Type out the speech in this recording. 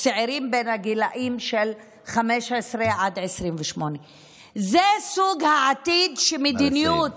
צעירים בני 15 עד 28. זה סוג העתיד שמדיניות,